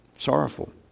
Sorrowful